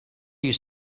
you